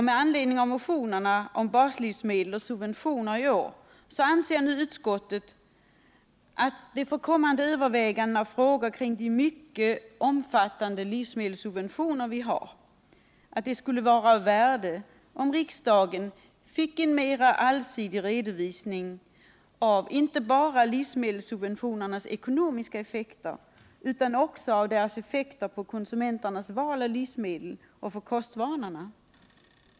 Med anledning av motioner i år om baslivsmedel och subventioner anser utskottet att det för kommande överväganden av frågor kring de mycket omfattande livsmedelssubventioner som vi har skulle vara av värde om riksdagen fick en mera allsidig redovisning av inte bara livsmedelssubventionernas ekonomiska effekter, utan också av deras effekter på konsumenternas val av livsmedel och på kostvanorna.